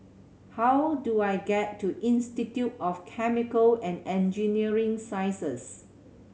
how do I get to Institute of Chemical and Engineering Sciences